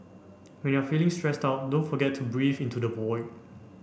when you are feeling stressed out don't forget to breathe into the void